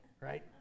right